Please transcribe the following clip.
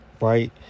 Right